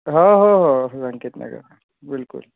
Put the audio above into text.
हो हो हो लंकेत नगर बिलकुल